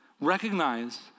Recognize